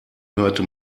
hörte